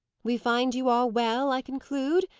we find you all well, i conclude!